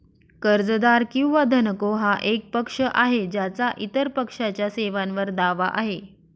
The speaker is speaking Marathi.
कर्जदार किंवा धनको हा एक पक्ष आहे ज्याचा इतर पक्षाच्या सेवांवर दावा आहे